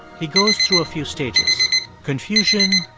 he goes through a few stages confusion.